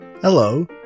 Hello